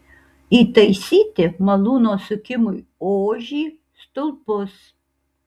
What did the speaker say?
įtaisyti malūno sukimui ožį stulpus